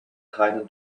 keinen